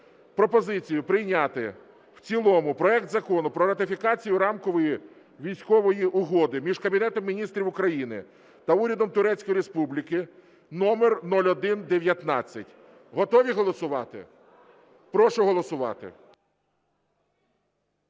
пропозицію прийняти в цілому проект Закону про ратифікацію Рамкової військової угоди між Кабінетом Міністрів України та Урядом Турецької Республіки (номер 0119). Готові голосувати? Прошу голосувати.